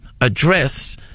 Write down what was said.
address